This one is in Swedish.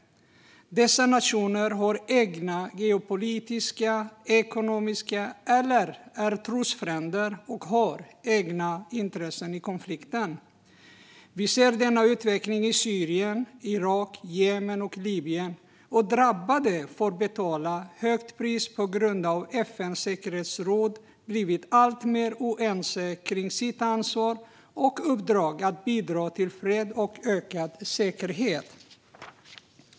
Dessa nationer har egna geopolitiska eller ekonomiska intressen eller är trosfränder med egna intressen i konflikten. Vi ser denna utveckling i Syrien, Irak, Jemen och Libyen, och drabbade får betala ett högt pris på grund av att FN:s säkerhetsråd blivit alltmer oense om sitt ansvar och sitt uppdrag att bidra till fred och ökad säkerhet.